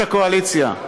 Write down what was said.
הקואליציה,